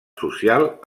social